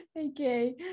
Okay